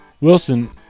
Wilson